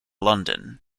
london